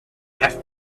have